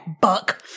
buck